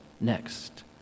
next